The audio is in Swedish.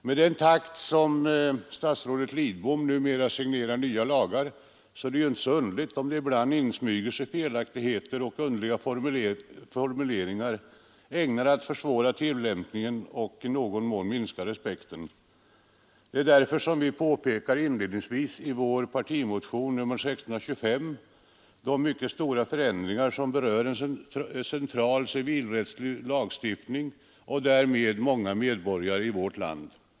Med den takt som statsrådet Lidbom numera signerar nya lagar är det inte så underligt, om det ibland insmyger sig felaktigheter och underliga formuleringar, ägnade att försvåra tillämpningen och i någon mån minska respekten. Det är därför som vi inledningsvis påpekar i vår partimotion nr 1625 de mycket stora förändringar, som berör en central civilrättslig lagstiftning och därmed många medborgare i vårt land.